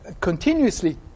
continuously